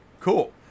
Cool